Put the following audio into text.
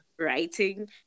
writing